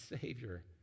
Savior